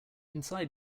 inside